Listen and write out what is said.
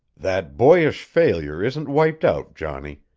that boyish failure isn't wiped out, johnny,